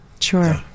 Sure